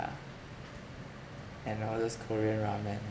and all those korean ramen ah